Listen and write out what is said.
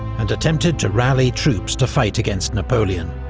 and attempted to rally troops to fight against napoleon.